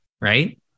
right